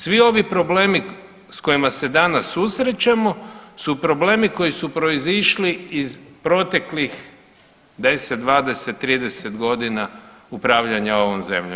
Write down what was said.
Svi ovi problemi s kojima se danas susrećemo su problemi koji su proizišli iz proteklih 10, 20, 30 godina upravljanja ovom zemljom.